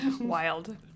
Wild